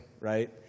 right